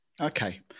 Okay